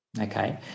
Okay